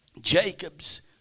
Jacob's